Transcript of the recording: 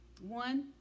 One